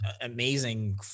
amazing